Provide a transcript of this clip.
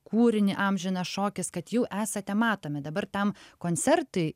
kūrinį amžinas šokis kad jau esate matomi dabar tam koncertui